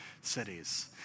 cities